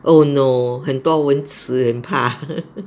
oh no 很多蚊子很怕